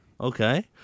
Okay